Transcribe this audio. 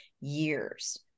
years